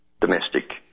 domestic